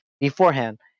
beforehand